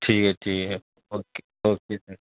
ٹھیک ہے ٹھیک ہے اوکے اوکے سر